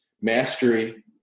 mastery